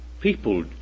People